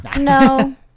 No